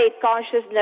consciousness